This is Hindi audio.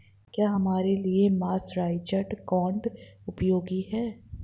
क्या हमारे लिए मर्सराइज्ड कॉटन उपयोगी है?